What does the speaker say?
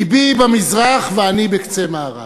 לבי במזרח ואני בקצה מערב.